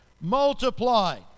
Multiply